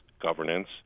governance